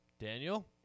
Daniel